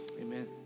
Amen